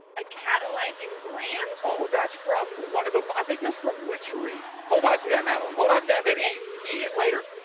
a catalyzing gland. oh that's from one of them. i think is from witchery hold on to that madeleine hold on to that maybe eat it later